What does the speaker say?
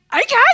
Okay